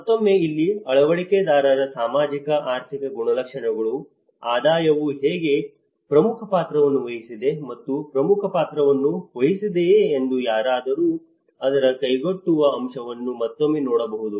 ಮತ್ತೊಮ್ಮೆ ಇಲ್ಲಿ ಅಳವಡಿಕೆದಾರರ ಸಾಮಾಜಿಕ ಆರ್ಥಿಕ ಗುಣಲಕ್ಷಣಗಳು ಆದಾಯವು ಹೇಗೆ ಪ್ರಮುಖ ಪಾತ್ರವನ್ನು ವಹಿಸಿದೆ ಅದು ಪ್ರಮುಖ ಪಾತ್ರವನ್ನು ವಹಿಸಿದೆಯೇ ಎಂದು ಯಾರಾದರೂ ಅದರ ಕೈಗೆಟುಕುವ ಅಂಶವನ್ನು ಮತ್ತೊಮ್ಮೆ ನೋಡಬೇಕು